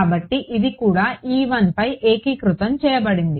కాబట్టి ఇది కూడా పై ఏకీకృతం చేయబడింది